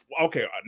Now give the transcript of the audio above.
okay